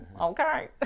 Okay